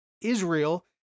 Israel